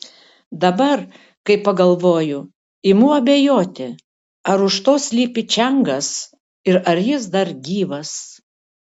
dabar kai pagalvoju imu abejoti ar už to slypi čiangas ir ar jis dar gyvas